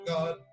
God